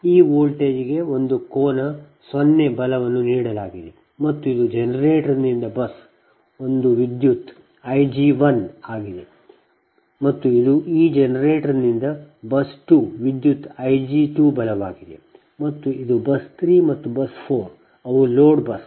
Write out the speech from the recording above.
ಈ ವೋಲ್ಟೇಜ್ಗೆ ಒಂದು ಕೋನ 0 ಬಲವನ್ನು ನೀಡಲಾಗಿದೆ ಮತ್ತು ಇದು ಈ ಜನರೇಟರ್ನಿಂದ ಬಸ್ ಒಂದು ವಿದ್ಯುತ್ I g1 ಆಗಿದೆ ಮತ್ತು ಇದು ಈ ಜನರೇಟರ್ನಿಂದ ಬಸ್ 2 ವಿದ್ಯುತ್ I g2 ಬಲವಾಗಿದೆ ಮತ್ತು ಇದು ಮತ್ತು ಬಸ್ 3 ಮತ್ತು ಬಸ್ 4 ಅವು ಲೋಡ್ ಬಸ್